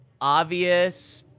obvious